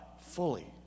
fully